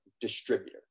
distributor